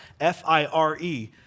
F-I-R-E